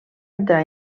entrar